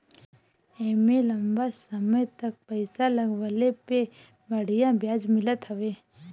एमे लंबा समय तक पईसा लगवले पे बढ़िया ब्याज मिलत हवे